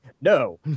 No